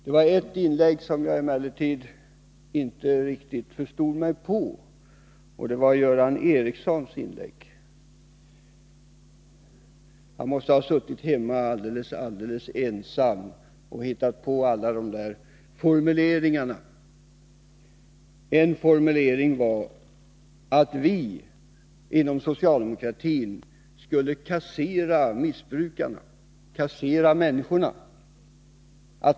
Det är ett inlägg som jag inte riktigt förstod mig på — Göran Ericssons inlägg. Han måste ha suttit alldeles ensam hemma och hittat på de där formuleringarna. En formulering gick ut på att vi inom socialdemokratin skulle kassera missbrukarna, att vi skulle kassera människorna.